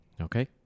Okay